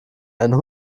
einen